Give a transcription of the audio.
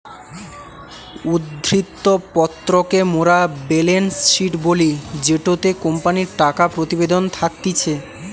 উদ্ধৃত্ত পত্র কে মোরা বেলেন্স শিট বলি জেটোতে কোম্পানির টাকা প্রতিবেদন থাকতিছে